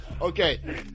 Okay